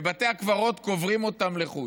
בבתי הקברות קוברים אותם לחוד,